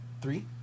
Three